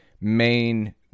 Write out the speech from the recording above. main